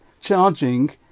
charging